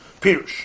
Pirush